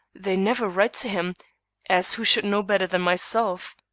they never write to him as who should know better than myself?